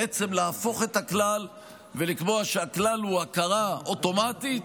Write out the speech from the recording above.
בעצם להפוך את הכלל ולקבוע שהכלל הוא הכרה אוטומטית,